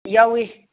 ꯌꯥꯎꯏ